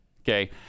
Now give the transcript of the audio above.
Okay